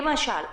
למשל,